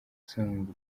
song